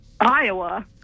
iowa